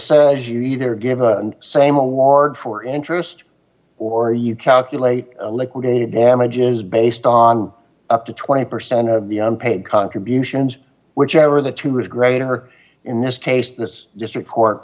says you either give a same award for interest or you calculate liquidated damages based on up to twenty percent of the paid contributions whichever the two is greater in this case this district